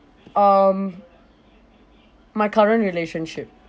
um my current relationship